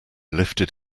lifted